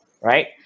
right